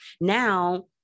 now